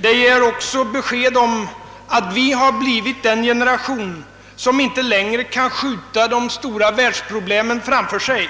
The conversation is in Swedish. Den ger också besked om att vi har blivit den generation som inte längre kan skjuta de stora världsproblemen framför sig.